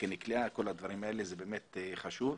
תקן כליאה, כל הדברים האלה, זה באמת חשוב.